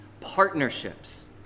partnerships